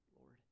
Lord